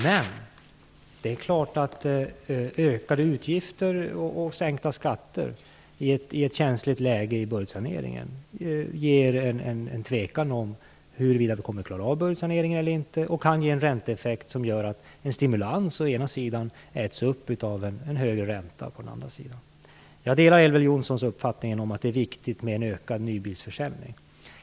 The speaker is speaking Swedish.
Men det är klart att ökade utgifter och sänkta skatter i ett känsligt läge i budgetsaneringen medför tveksamhet och kan ge en ränteeffekt som gör att en stimulans å ena sidan äts upp av en högre ränta å andra sidan. Jag delar Elver Jonssons uppfattning om att det är viktigt med en ökad nybilsförsäljning.